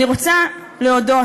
אני רוצה להודות,